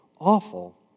awful